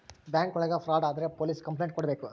bank ಒಳಗ fraud ಆದ್ರೆ police complaint ಕೊಡ್ಬೇಕು